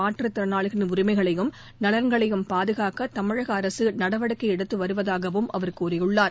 மாற்று திறனாளிகளின் உரிமைகளையும் நலன்களையும் பாதுகாக்க தமிழக அரசு நடவடிக்கை எடுத்து வருவதாகவும் அவர் கூறியுள்ளார்